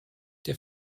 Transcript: der